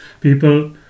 people